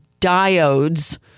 diodes